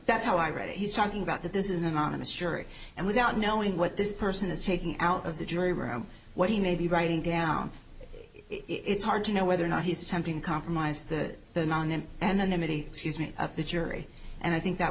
that's how i read it he's talking about that this is an anonymous jury and without knowing what this person is taking out of the jury room what he may be writing down it's hard to know whether or not he's attempting compromise the non in anonymity of the jury and i think that